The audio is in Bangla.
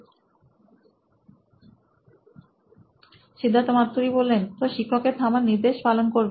সিদ্ধার্থ মাতু রি সি ই ও নোইন ইলেক্ট্রনিক্স তো শিক্ষক এর থামার নির্দে শ পালন করবে